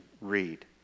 read